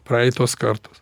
praeitos kartos